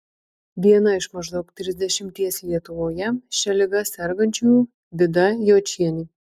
viena iš maždaug trisdešimties lietuvoje šia liga sergančiųjų vida jočienė